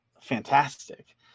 fantastic